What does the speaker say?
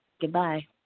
Goodbye